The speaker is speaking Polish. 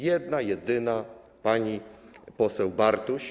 Jedna jedyna pani poseł Bartuś.